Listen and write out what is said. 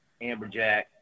amberjack